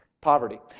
poverty